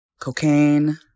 cocaine